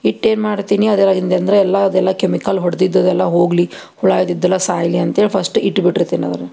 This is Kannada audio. ಇತ್ತು ಏನು ಮಾಡ್ತೀನಿ ಅದೆಲ್ಲ ಹಿಂಗೆ ಅಂದ್ರೆ ಎಲ್ಲ ಅದೆಲ್ಲ ಕೆಮಿಕಲ್ ಹೊಡ್ದಿದ್ದು ಅದೆಲ್ಲ ಹೋಗಲಿ ಹುಳ ಇದ್ದಿದ್ದೆಲ್ಲ ಸಾಯಲಿ ಅಂತೇಳಿ ಫಸ್ಟ್ ಇಟ್ಬಿಟ್ಟಿರ್ತೀನಿ ಅದನ್